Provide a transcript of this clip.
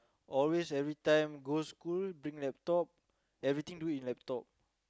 always every time go school bring laptop everything do in laptop